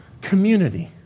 community